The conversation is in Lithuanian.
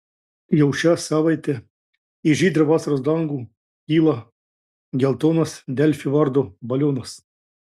jau šią savaitę į žydrą vasaros dangų kyla geltonas delfi vardo balionas